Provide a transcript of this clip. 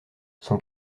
son